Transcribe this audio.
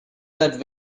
that